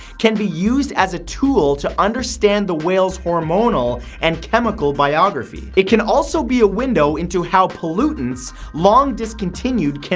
can be used as a tool to understand the whale's hormonal and chemical biography. it can also be a window into how pollutants, long discontinued,